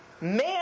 Man